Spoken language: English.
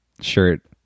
shirt